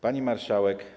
Pani Marszałek!